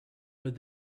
but